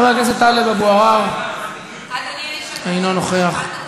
חבר הכנסת טלב אבו עראר, אינו נוכח.